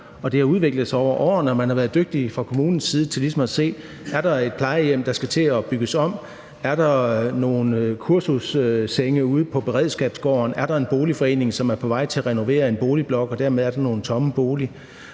Det har udviklet sig over årene, og man har fra kommunens side været dygtige til at holde øje med, om der er plejehjem, der skal til at bygges om, om der er kursussenge ude på Beredskabsgården, om der er en boligforening, som er på vej til at renovere en boligblok, og om der dermed er nogle tomme boliger.